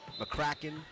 McCracken